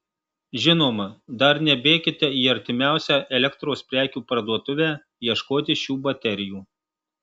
žinoma dar nebėkite į artimiausią elektros prekių parduotuvę ieškoti šių baterijų